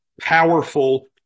powerful